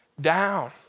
down